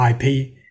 IP